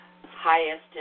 highest